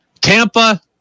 Tampa